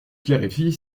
clarifier